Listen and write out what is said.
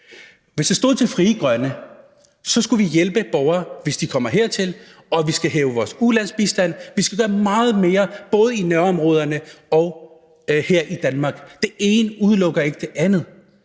Hvis det stod til Frie Grønne, skulle vi hjælpe borgere, hvis de kommer hertil, og vi skulle hæve vores ulandsbistand. Vi skal gøre meget mere, både i nærområderne og her i Danmark. Det ene udelukker ikke det andet.